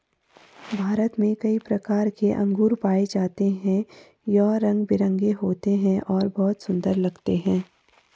भारत में कई प्रकार के अंगूर पाए जाते हैं यह रंग बिरंगे होते हैं और बहुत सुंदर लगते हैं